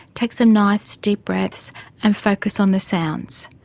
take some nice deep breaths and focus on the sounds.